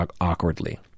awkwardly